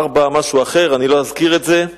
ארבע משהו אחר, אני לא אזכיר את זה,